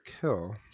kill